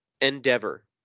endeavor